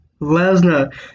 Lesnar